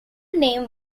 name